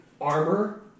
armor